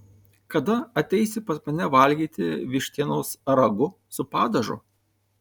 kada ateisi pas mane valgyti vištienos ragu su padažu